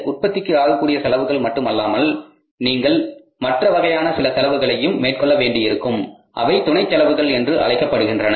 உற்பத்திக்கு ஆகக்கூடிய செலவுகள் மட்டுமல்லாமல் நீங்கள் மற்ற வகையான சில செலவுகளையும் மேற்கொள்ள வேண்டியிருக்கும் அவை துணை செலவுகள் என்று அழைக்கப்படுகின்றன